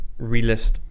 relist